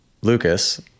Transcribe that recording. Lucas